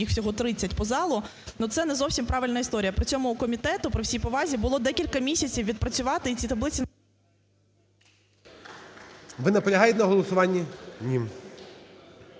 їх всього 30 по залу, ну це не зовсім правильна історія. При цьому комітету, при всій повазі, було декілька місяців відпрацювати і ці таблиці… ГОЛОВУЮЧИЙ. Ви наполягаєте на голосуванні? Ні.